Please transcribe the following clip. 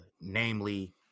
namely